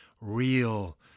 real